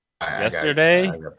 Yesterday